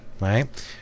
right